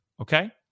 Okay